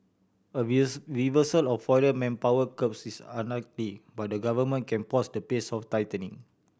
a reversal of foreign manpower curbs is unlikely but the Government can pause the pace of tightening